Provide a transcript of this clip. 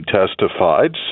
testified